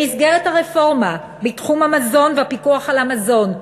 במסגרת הרפורמה בתחום המזון והפיקוח על המזון,